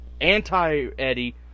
anti-eddie